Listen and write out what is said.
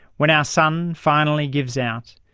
when our sun finally gives out,